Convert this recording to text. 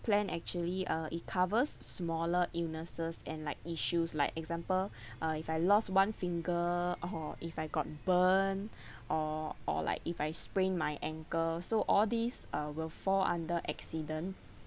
plan actually uh it covers smaller illnesses and like issues like example uh if I lost one finger or if I got burned or or like if I sprained my ankle so all these uh will fall under accident